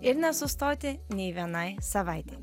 ir nesustoti nei vienai savaitei